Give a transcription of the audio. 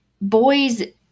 Boys